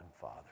Father